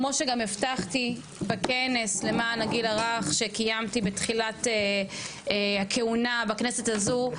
כמו שגם הבטחתי בכנס למען הגיל הרך שקיימתי בתחילת הכהונה בכנסת הזו,